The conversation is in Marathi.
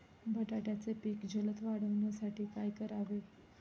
बटाट्याचे पीक जलद वाढवण्यासाठी काय करावे?